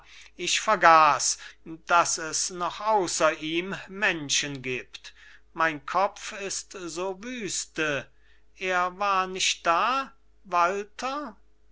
ich vergaß daß es noch außer ihm menschen gibt mein kopf ist so wüste er war nicht da walter